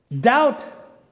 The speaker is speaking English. Doubt